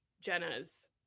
Jenna's